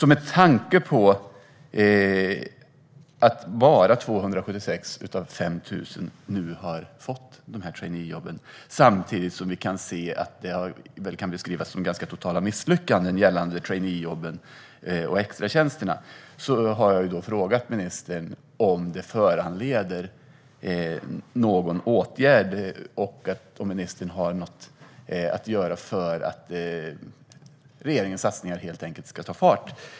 Med tanke på att bara 276 av 5 000 nu har fått traineejobb - vilket kan beskrivas som ett totalt misslyckande för traineejobben och extratjänsterna - har jag frågat ministern om det föranleder någon åtgärd och vad ministern tänker göra för att regeringens satsningar ska ta fart.